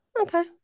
Okay